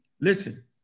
listen